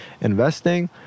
investing